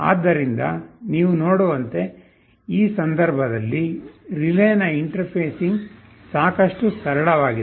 ಆದ್ದರಿಂದ ನೀವು ನೋಡುವಂತೆ ಈ ಸಂದರ್ಭದಲ್ಲಿ ರಿಲೇನ ಇಂಟರ್ಫೇಸಿಂಗ್ ಸಾಕಷ್ಟು ಸರಳವಾಗಿದೆ